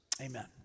Amen